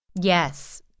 Yes